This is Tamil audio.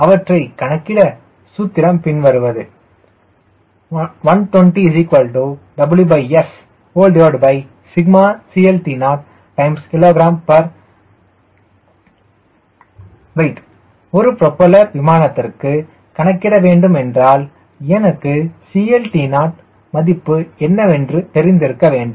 அவற்றை கணக்கிட சூத்திரம் பின்வருவது 120WSCLT0hpW ஒரு புரோப்பல்லர் விமானத்திற்கு கணக்கிட வேண்டும் என்றால் எனக்கு CLT0 மதிப்பு என்னவென்று தெரிந்திருக்க வேண்டும்